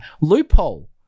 Loophole